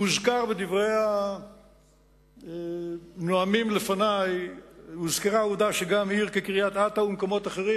הוזכרה בדברי הנואמים לפני העובדה שגם עיר כקריית-אתא ומקומות אחרים,